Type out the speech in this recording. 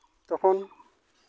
ᱛᱚᱠᱷᱚᱱ